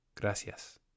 Gracias